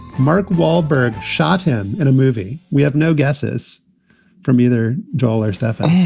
mark wahlberg shot him in a movie we have no guesses from either joel or stefan